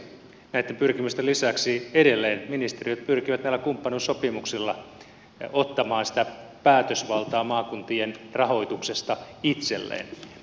näitten pyrkimysten lisäksi ministeriöt pyrkivät edelleen näillä kumppanuussopimuksilla ottamaan päätösvaltaa maakuntien rahoituksesta itselleen